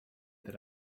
that